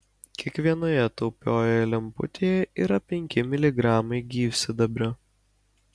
kiekvienoje taupiojoje lemputėje yra penki miligramai gyvsidabrio